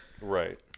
right